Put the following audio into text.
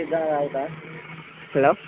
hello